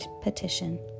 petition